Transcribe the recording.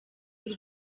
y’u